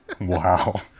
Wow